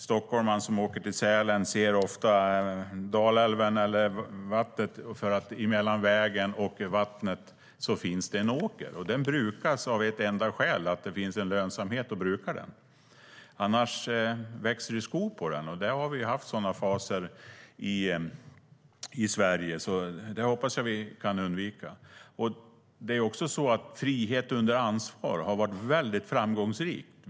Stockholmaren som åker till Sälen ser ofta vid Dalälven att det mellan vattnet och vägen finns en åker. Den brukas av ett enda skäl, och det är att det finns en lönsamhet i att bruka den. Annars växer det skog på den. Vi har ju haft sådana faser i Sverige, och det hoppas jag att vi kan undvika. Frihet under ansvar har varit väldigt framgångsrikt.